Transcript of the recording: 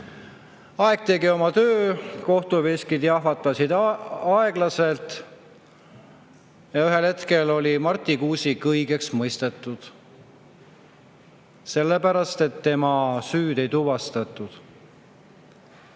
Aeg tegi oma töö, kohtuveskid jahvatasid aeglaselt. Ühel hetkel oli Marti Kuusik õigeks mõistetud, sellepärast et tema süüd ei tuvastatud.